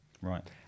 Right